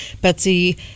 Betsy